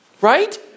right